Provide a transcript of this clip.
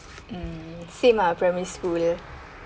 mm same ah primary school